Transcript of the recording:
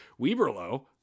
weberlow